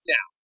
Now